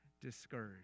discouraged